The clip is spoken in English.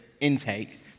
intake